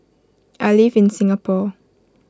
I live in Singapore